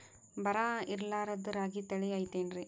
ಬರ ಇರಲಾರದ್ ರಾಗಿ ತಳಿ ಐತೇನ್ರಿ?